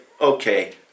okay